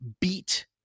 beat